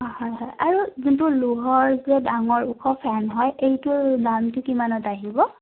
অঁ হয় হয় আৰু যোনটো লোহাৰ যে ডাঙৰ ওখ ফেন হয় এইটোৰ দামটো কিমানত আহিব